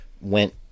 went